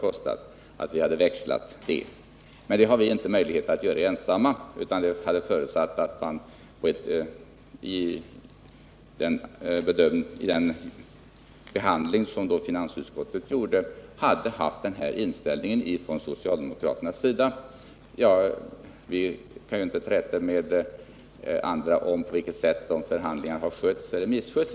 Men det har centern inte haft möjlighet att göra ensamma, utan det hade förutsatt att även socialdemokraterna hade haft denna inställning vid finansutskottets behandling av frågan. Jag skall dock inte tvista med er andra om på vilket sätt förhandlingarna har skötts eller misskötts.